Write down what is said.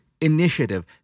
initiative